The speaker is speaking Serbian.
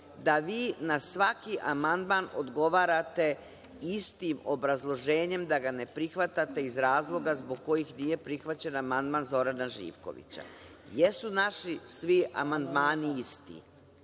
da vi na svaki amandman odgovarate istim obrazloženjem da ga ne prihvatate iz razloga zbog kojih nije prihvaćen amandman Zorana Živkovića? Jesu naši svi amandmani isti,